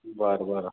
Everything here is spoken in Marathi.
बरं बरं